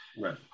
Right